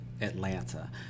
Atlanta